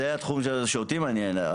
זה התחום שאותי מעניין.